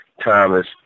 Thomas